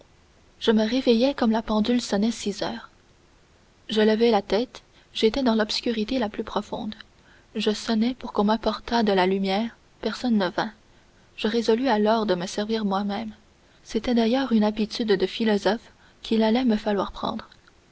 je me réveillai comme la pendule sonnait six heures je levai la tête j'étais dans l'obscurité la plus profonde je sonnai pour qu'on m'apportât de la lumière personne ne vint je résolus alors de me servir moi-même c'était d'ailleurs une habitude de philosophe qu'il allait me falloir prendre